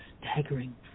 staggering